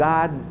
God